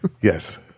yes